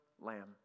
lamb